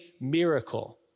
miracle